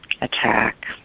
attack